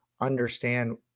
understand